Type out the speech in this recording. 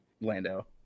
lando